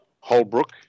Holbrook